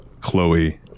Chloe